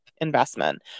investment